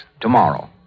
tomorrow